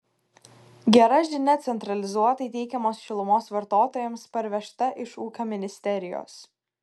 gera žinia centralizuotai tiekiamos šilumos vartotojams parvežta iš ūkio ministerijos